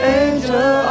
angel